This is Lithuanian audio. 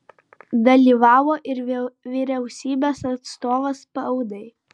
dalyvavo ir vyriausybės atstovas spaudai